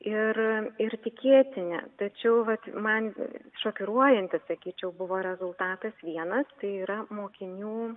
ir ir tikėtini tačiau vat man šokiruojantis sakyčiau buvo rezultatas vienas tai yra mokinių